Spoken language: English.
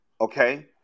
okay